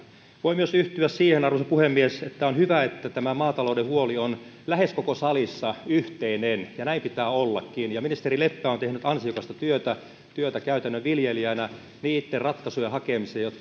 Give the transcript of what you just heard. voin myös yhtyä siihen arvoisa puhemies että on hyvä että huoli maataloudesta on lähes koko salissa yhteinen ja näin pitää ollakin ministeri leppä on tehnyt ansiokasta työtä työtä käytännön viljelijänä niitten ratkaisujen hakemiseen jotka